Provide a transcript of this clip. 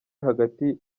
hagati